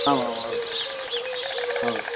आम् आम् आम् आम्